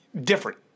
Different